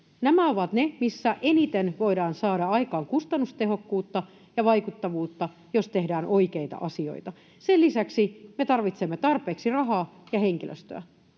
Nämä ovat ne, missä eniten voidaan saada aikaan kustannustehokkuutta ja vaikuttavuutta, jos tehdään oikeita asioita. Sen lisäksi me tarvitsemme tarpeeksi rahaa ja henkilöstöä,